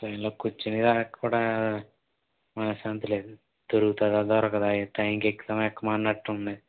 ట్రైన్లో కూర్చునేదాక కూడ మనశాంతి లేదు దొరుకుతుందో దొరకదో ట్రైన్కి ఎక్కుతామో ఎక్కామో అన్నట్టు ఉంది